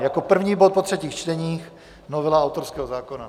Jako první bod po třetích čteních novela autorského zákona.